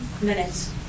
minutes